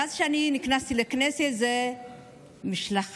מאז נכנסתי לכנסת זאת המשלחת